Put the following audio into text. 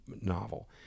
novel